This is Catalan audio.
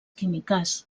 químiques